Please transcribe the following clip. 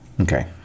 Okay